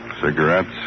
Cigarettes